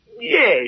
Yes